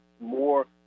more